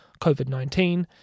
COVID-19